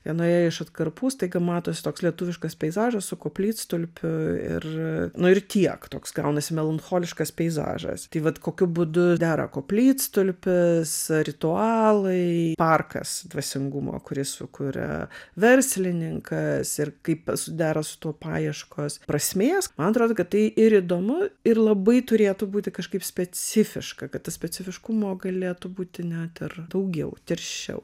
vienoje iš atkarpų staiga matosi toks lietuviškas peizažas su koplytstulpiu ir nu ir tiek toks gaunasi melancholiškas peizažas tai vat kokiu būdu dera koplytstulpis ritualai parkas dvasingumo kurį sukuria verslininkas ir kaip sudera su tuo paieškos prasmės man atrodo kad tai ir įdomu ir labai turėtų būti kažkaip specifiška kad tas specifiškumo galėtų būti net ir daugiau tirščiau